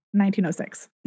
1906